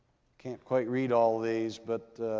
can't quite read all of these, but